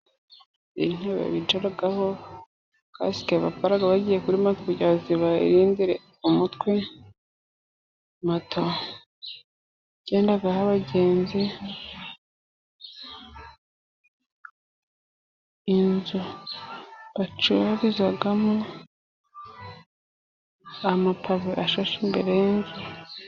Intebe bicaraho, kasike bambara bagiye kuri moto kugira ngo ibarindire umutwe ,moto igendaho abagenzi, inzu bacurizamo amapave ashashe imbere.